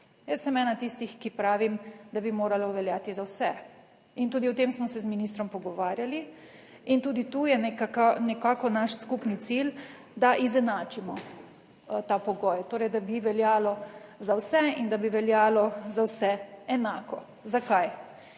bi 15. TRAK (VI) 14.10 (nadaljevanje) moralo veljati za vse in tudi o tem smo se z ministrom pogovarjali in tudi tu je nekako naš skupni cilj, da izenačimo ta pogoj. Torej, da bi veljalo za vse in da bi veljalo za vse enako. Zakaj?